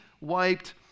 wiped